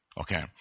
Okay